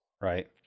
right